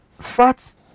fats